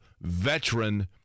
veteran